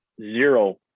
zero